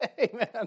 Amen